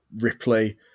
Ripley